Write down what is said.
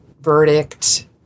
verdict